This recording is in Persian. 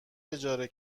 اجاره